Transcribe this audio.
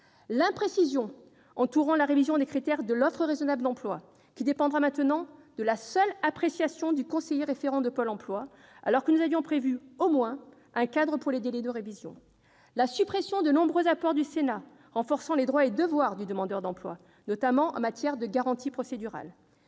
l'imprécision entourant la révision des critères de l'offre raisonnable d'emploi, qui dépendra maintenant de la seule appréciation du conseiller référent de Pôle emploi, alors que nous avions prévu, au moins, un cadre pour les délais de révision. Les nombreux apports du Sénat renforçant les droits et devoirs du demandeur d'emploi, notamment en matière de garanties procédurales,